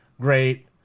great